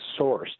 sourced